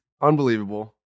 Unbelievable